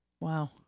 wow